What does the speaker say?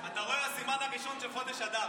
סימן הראשון של חודש אדר.